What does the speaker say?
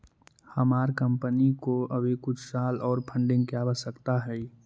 हमार कंपनी को अभी कुछ साल ओर फंडिंग की आवश्यकता हई